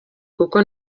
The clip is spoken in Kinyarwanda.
kuko